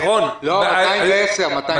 לא, 210 שנה.